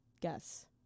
Guess